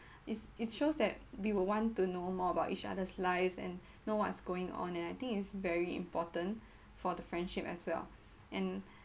is it shows that we will want to know more about each other's lives and know what's going on and I think it's very important for the friendship as well and